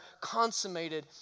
consummated